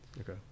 Okay